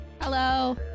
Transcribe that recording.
Hello